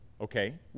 Okay